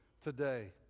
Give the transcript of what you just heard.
today